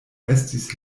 estis